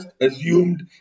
assumed